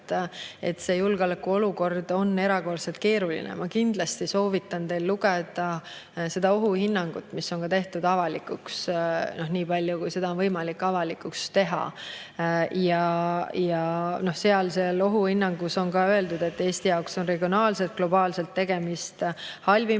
et julgeolekuolukord on erakordselt keeruline. Ma kindlasti soovitan teil lugeda ohuhinnangut, mis on tehtud avalikuks – nii palju, kui seda on võimalik avalikuks teha. Ohuhinnangus on öeldud, et Eesti jaoks on regionaalselt ja globaalselt tegemist halvima